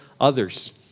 others